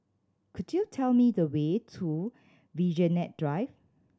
could you tell me the way to Vigilante Drive